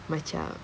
macam